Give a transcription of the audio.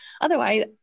otherwise